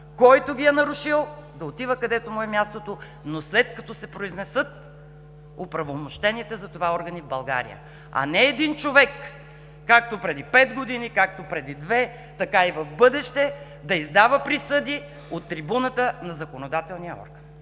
Който ги е нарушил, да отива където му е мястото, но след като се произнесат оправомощените за това органи в България. А не един човек, както преди пет години, както преди две, така и в бъдеще, да издава присъди от трибуната на законодателния орган.